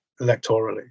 electorally